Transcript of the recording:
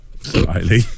Slightly